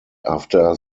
after